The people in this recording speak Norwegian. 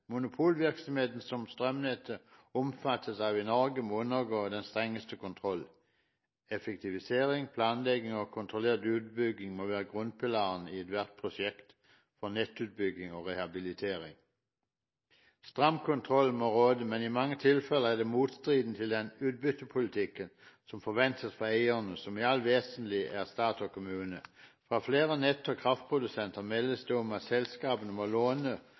Monopolvirksomheten, som strømnettet omfattes av i Norge, må undergå den strengeste kontroll. Effektivisering, planlegging og kontrollert utbygging må være grunnpilarene i ethvert prosjekt for nettutbygging og rehabilitering. Stram kontroll må råde, men i mange tilfeller er det motstridende til den utbyttepolitikken som forventes fra eierne, som i det alt vesentlige er stat og kommune. Fra flere nett og kraftprodusenter meldes det om at selskapene må låne